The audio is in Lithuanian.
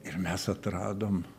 ir mes atradom